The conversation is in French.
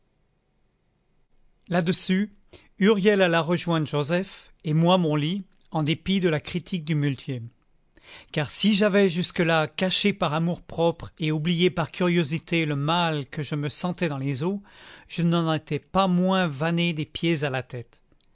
là-dessus huriel alla rejoindre joseph et moi mon lit en dépit de la critique du muletier car si j'avais jusque-là caché par amour-propre et oublié par curiosité le mal que je me sentais dans les os je n'en étais pas moins vanné des pieds à la tête